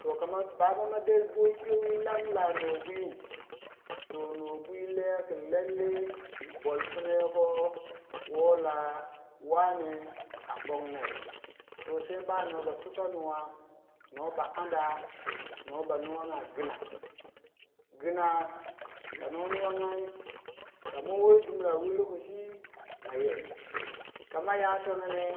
Toh kaman baba mau ka der chiyo wi lam lah nwobwi toh nobwi le kun lele bol pma yokoh woh la wane a pong nere ba nor ba suka nuwa nor ba anda nor ba nuwanga gina gina ka nor nuwongai kama wei dimbir wi lokoshi ma ye kama ya tono neh